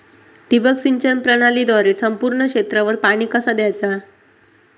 ठिबक सिंचन प्रणालीद्वारे संपूर्ण क्षेत्रावर पाणी कसा दयाचा?